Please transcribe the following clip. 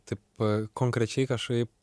taip konkrečiai kažkaip